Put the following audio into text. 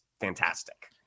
fantastic